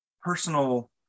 personal